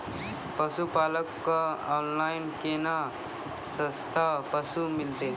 पशुपालक कऽ ऑनलाइन केना सस्ता पसु मिलतै?